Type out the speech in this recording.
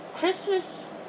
Christmas